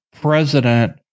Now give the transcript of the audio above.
president